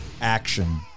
action